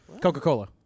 Coca-Cola